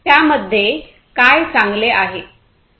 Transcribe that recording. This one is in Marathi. त्यामध्ये काय चांगले आहे